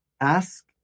ask